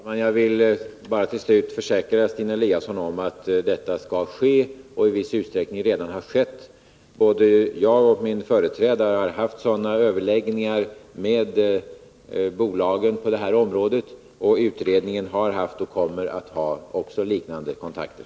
Herr talman! Jag vill till slut bara försäkra Stina Eliasson om att detta skall ske och i viss utsträckning redan har skett. Både jag och min företrädare har haft sådana överläggningar med bolagen på detta område, och utredningen har haft och kommer också att ha liknande kontakter.